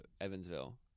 Evansville